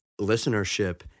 listenership